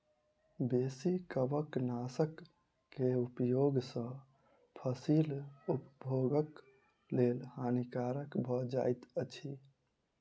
बेसी कवकनाशक के उपयोग सॅ फसील उपभोगक लेल हानिकारक भ जाइत अछि